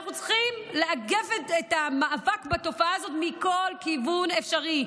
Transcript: אנחנו צריכים לאגף את המאבק בתופעה הזאת מכל כיוון אפשרי: